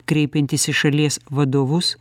kreipiantis į šalies vadovus